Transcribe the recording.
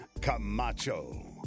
Camacho